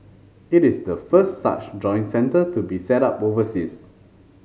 it is the first such joint centre to be set up overseas